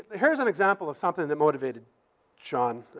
here's an example of something that motivated sean.